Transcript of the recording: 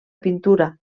pintura